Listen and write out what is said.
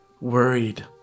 worried